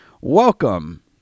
welcome